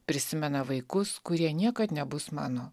prisimena vaikus kurie niekad nebus mano